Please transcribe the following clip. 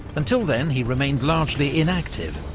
until then, he remained largely inactive,